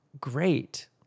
Great